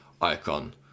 icon